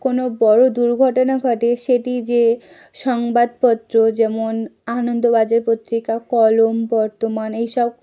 কোনো বড় দুর্ঘটনা ঘটে সেটি যে সংবাদপত্র যেমন আনন্দবাজার পত্রিকা কলম বর্তমান এইসব